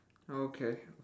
oh okay